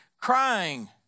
crying